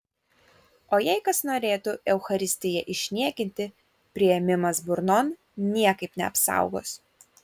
o jei kas norėtų eucharistiją išniekinti priėmimas burnon niekaip neapsaugos